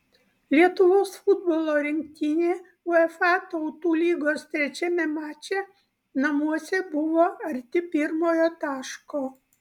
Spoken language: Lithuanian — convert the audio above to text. lietuvos futbolo rinktinė uefa tautų lygos trečiame mače namuose buvo arti pirmojo taško